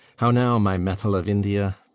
how now, my metal of india!